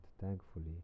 thankfully